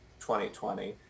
2020